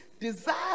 desire